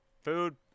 Food